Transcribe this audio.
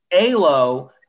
Alo